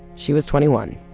she was twenty one,